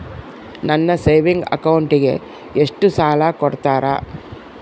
ನನ್ನ ಸೇವಿಂಗ್ ಅಕೌಂಟಿಗೆ ಎಷ್ಟು ಸಾಲ ಕೊಡ್ತಾರ?